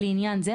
לעניין זה,